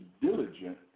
diligent